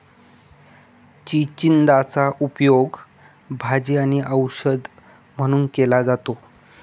चिचिंदाचा उपयोग भाजी आणि औषध म्हणून केला जातो